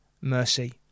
mercy